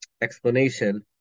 explanation